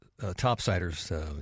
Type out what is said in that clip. topsiders